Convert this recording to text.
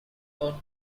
for